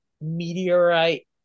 meteorite